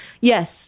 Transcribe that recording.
yes